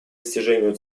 достижению